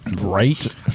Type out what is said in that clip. Right